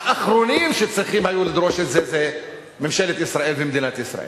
האחרונות שצריכות היו לדרוש את זה אלה ממשלת ישראל ומדינת ישראל.